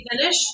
finish